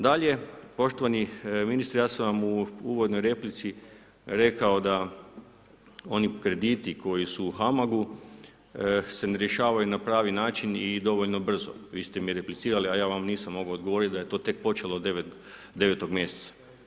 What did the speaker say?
Dalje, poštovani ministre, ja sam vam u uvodnoj replici rekao da oni krediti koji su u HAMAG-u, se ne rješavaju na pravi način i dovoljno brzo, vi ste mi replicirali, a ja vam nisam mogao odgovoriti da je to tek počelo 9-og mjeseca.